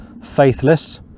faithless